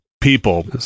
people